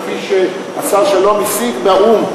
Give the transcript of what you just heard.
כפי שהשר שלום השיג באו"ם,